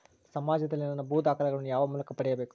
ಸಮಾಜದಲ್ಲಿ ನನ್ನ ಭೂ ದಾಖಲೆಗಳನ್ನು ಯಾವ ಮೂಲಕ ಪಡೆಯಬೇಕು?